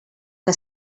que